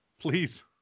Please